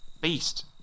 Beast